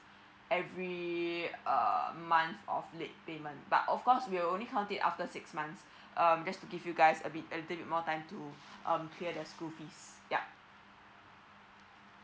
every uh month of late payment but of course we will only count it after six months um just give you guys a bit a bit more time to um clear the school fees